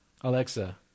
Alexa